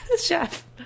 Chef